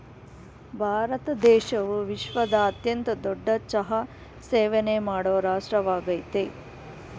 ಭಾರತ ದೇಶವು ವಿಶ್ವದ ಅತ್ಯಂತ ದೊಡ್ಡ ಚಹಾ ಸೇವನೆ ಮಾಡೋ ರಾಷ್ಟ್ರವಾಗಯ್ತೆ